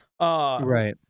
Right